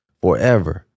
forever